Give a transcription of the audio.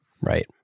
Right